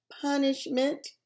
punishment